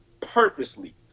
purposely